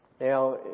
Now